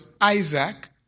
Isaac